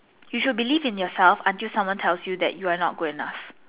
you should believe in yourself until someone tells you that you are not good enough